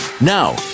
Now